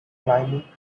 climate